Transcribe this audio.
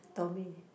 Tomy